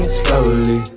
slowly